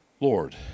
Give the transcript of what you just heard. Lord